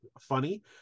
funny